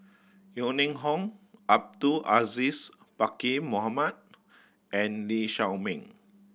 Yeo Ning Hong Abdul Aziz Pakkeer Mohamed and Lee Shao Meng